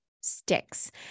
sticks